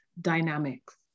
dynamics